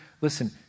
listen